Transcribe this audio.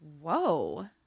Whoa